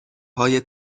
های